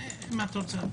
אם את רוצה,